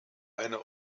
eine